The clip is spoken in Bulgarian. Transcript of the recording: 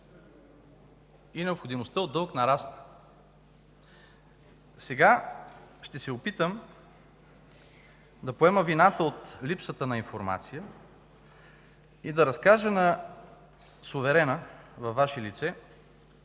и необходимостта от дълг нарасна. Сега ще се опитам да поема вината от липсата на информация и да разкажа на суверена, във Ваше лице,